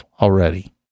already